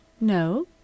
No